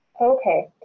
okay